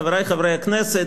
חברי חברי הכנסת,